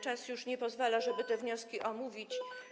Czas już nie pozwala, żeby te wnioski omówić.